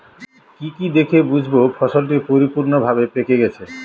কি কি দেখে বুঝব ফসলটি পরিপূর্ণভাবে পেকে গেছে?